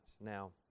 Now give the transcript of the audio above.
Now